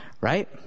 right